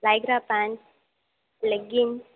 lycra pant leggings